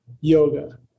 yoga